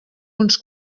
uns